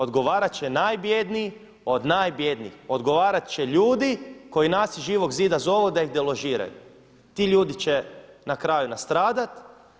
Odgovarat će najbjedniji od najbjednijih, odgovarat će ljudi koji nas iz Živog zida zovu da ih deložiraju, ti ljudi će na kraju nastradati.